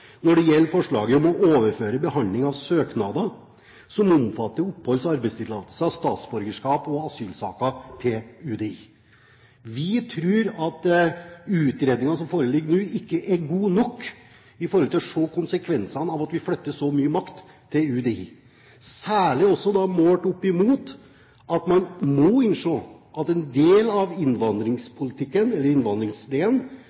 når det gjelder å overføre behandling av søknader som omfatter oppholds- og arbeidstillatelser, statsborgerskap og asylsaker, til UDI. Vi tror at utredninger som foreligger nå, ikke er gode nok for å se konsekvensene av at vi flytter så mye makt til UDI, særlig også målt opp mot at man må innse at en del av